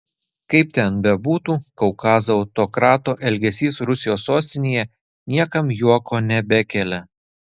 kaip ten bebūtų kaukazo autokrato elgesys rusijos sostinėje niekam juoko nebekelia